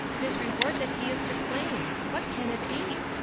his reward that he is to claim. what can it be?